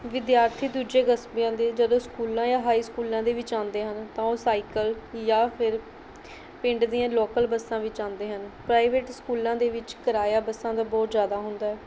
ਵਿਦਿਆਰਥੀ ਦੂਜੇ ਕਸਬਿਆਂ ਦੇ ਜਦੋਂ ਸਕੂਲਾਂ ਜਾਂ ਹਾਈ ਸਕੂਲਾਂ ਦੇ ਵਿੱਚ ਆਉਂਦੇ ਹਨ ਤਾਂ ਉਹ ਸਾਈਕਲ ਜਾਂ ਫਿਰ ਪਿੰਡ ਦੀਆਂ ਲੋਕਲ ਬੱਸਾਂ ਵਿੱਚ ਆਉਂਦੇ ਹਨ ਪ੍ਰਾਈਵੇਟ ਸਕੂਲਾਂ ਦੇ ਵਿੱਚ ਕਿਰਾਇਆ ਬੱਸਾਂ ਦਾ ਬਹੁਤ ਜ਼ਿਆਦਾ ਹੁੰਦਾ